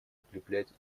укреплять